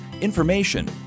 information